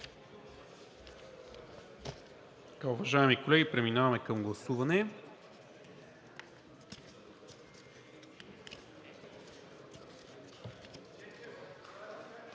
5“.“ Уважаеми колеги, преминаваме към гласуване.